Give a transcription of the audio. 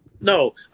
No